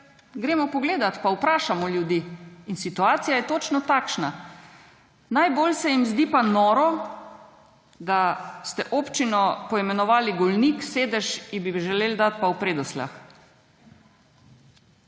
kdaj pogledat pa vprašamo ljudi. In situacija je točno takšna. Najbolj se jim zdi pa noro, da ste občino poimenovali Golnik, sedež bi ji želeli dati pa v Predosljah.